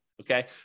okay